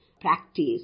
practice